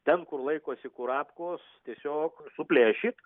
ten kur laikosi kurapkos tiesiog suplėšyt